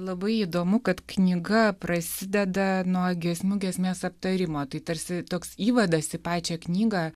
labai įdomu kad knyga prasideda nuo giesmių giesmės aptarimo tai tarsi toks įvadas į pačią knygą